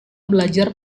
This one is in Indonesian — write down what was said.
belajar